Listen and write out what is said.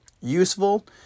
useful